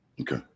Okay